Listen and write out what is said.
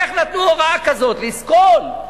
איך נתנו הוראה כזאת, לסקול?